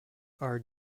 are